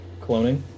Cloning